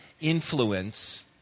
influence